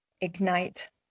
ignite